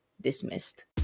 dismissed